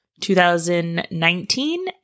2019